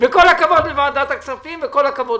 וכל הכבוד לוועדת הכספים וכל הכבוד